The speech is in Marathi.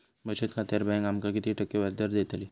बचत खात्यार बँक आमका किती टक्के व्याजदर देतली?